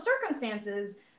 circumstances